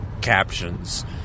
captions